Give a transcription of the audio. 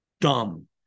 Dumb